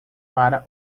para